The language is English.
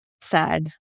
Sad